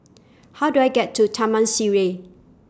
How Do I get to Taman Sireh